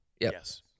Yes